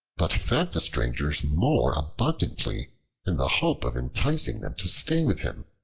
but fed the strangers more abundantly in the hope of enticing them to stay with him